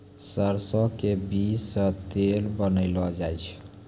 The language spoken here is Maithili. सरसों के बीज सॅ तेल बनैलो जाय छै